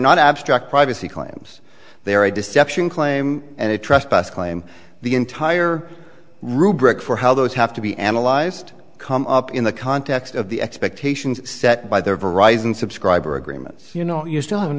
not abstract privacy claims they are a deception claim and they trespass claim the entire rubric for how those have to be analyzed come up in the context of the expectations set by their verizon subscriber agreements you know you still haven't